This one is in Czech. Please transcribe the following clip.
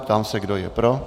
Ptám se, kdo je pro.